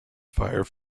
fire